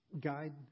guide